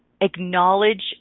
Acknowledge